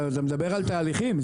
אתה מדבר על תהליכים.